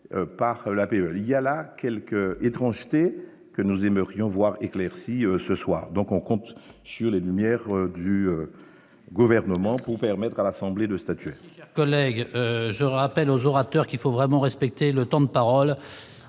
par la paix, il y a là quelques étrangetés que nous aimerions voir éclaircies ce soir donc, on compte sur les lumières du gouvernement pour permettre à l'Assemblée de statut.